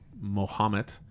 Mohammed